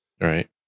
Right